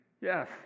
Yes